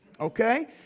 Okay